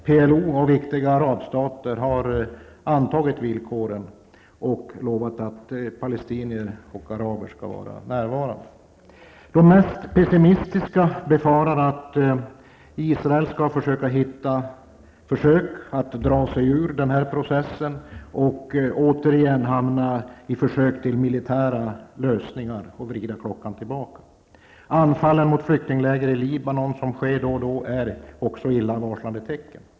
PLO och viktiga arabstater har antagit villkoren och lovat att palestinier och araber skall vara närvarande. De mest pessimistiska befarar att Israel skall försöka dra sig ur processen, återigen hamna i försök till militära lösningar och därigenom vrida klockan tillbaka. Anfallen mot flyktingläger i Libanon, som sker då och då, är också illavarslande tecken.